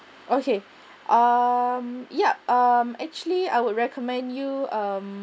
okay um yup um actually I would recommend you um